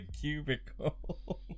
cubicle